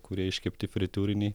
kurie iškepti fritiūrinėj